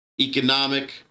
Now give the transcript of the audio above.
economic